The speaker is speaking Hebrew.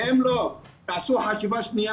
אם לא תעשו חשיבה שניה,